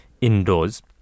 indoors